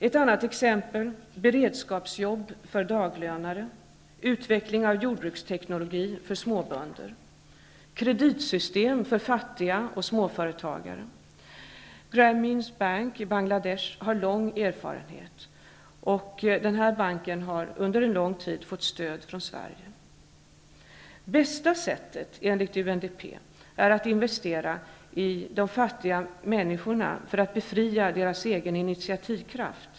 Ett annat exempel är beredskapsarbeten för daglönare, utveckling av jordbruksteknologi för småbönder och kreditsystem för fattiga och småföretagare. Grameens Bank i Bangladesh har lång erfarenhet av sådant arbete. Banken har under lång tid fått stöd från Sverige. Bästa sättet, enligt UNDP, är att investera i de fattiga människorna för att på så sätt frigöra deras egen initiativkraft.